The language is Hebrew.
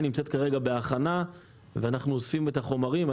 היא נמצאת כרגע בהכנה ואנחנו אוספים את החומרים.